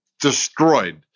destroyed